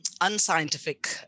unscientific